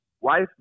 wife